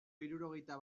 hirurogeita